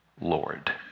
Lord